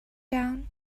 down